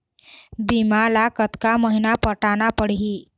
बीमा ला कतका महीना पटाना पड़ही?